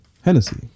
Hennessy